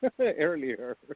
earlier